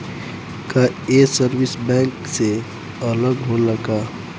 का ये service bank से अलग होला का?